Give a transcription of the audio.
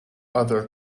other